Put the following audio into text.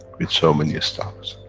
with so many stars.